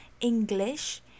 English